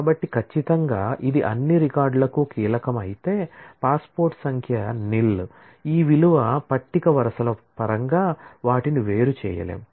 కాబట్టి ఖచ్చితంగా ఇది అన్ని రికార్డులకు కీలకం అయితే పాస్పోర్ట్ సంఖ్య నిల్ ఈ విలువ పట్టిక వరుసల పరంగా వాటిని వేరు చేయలేము